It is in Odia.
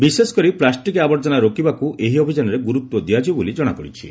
ବିଶେଷକରି ପ୍ଲାଷ୍ଟିକ୍ ଆବର୍ଜନା ରୋକିବାକୁ ଏହି ଅଭିଯାନରେ ଗୁରୁତ୍ୱ ଦିଆଯିବ ବୋଲି ଜଣାପଡ଼ିଛି